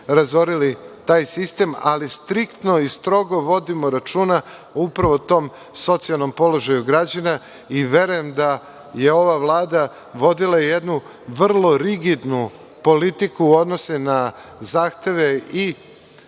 taj sistem, ali striktno i strogo vodimo računa upravo o tom socijalnom položaju građana. Verujem da je ova Vlada vodila jednu vrlo rigidnu politiku u odnosu na zahteve i